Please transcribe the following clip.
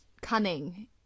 cunning